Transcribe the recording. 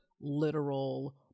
literal